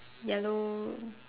yellow